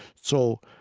so,